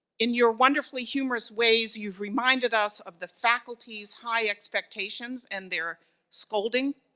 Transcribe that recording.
in your wonderfully humorous ways you've reminded us of the faculty's high expectations and their scolding,